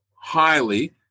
highly